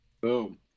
Boom